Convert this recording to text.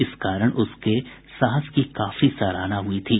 इस कारण उसके साहस की काफी सराहना हुआ थी